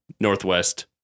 northwest